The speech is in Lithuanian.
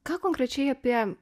ką konkrečiai apie